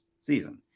season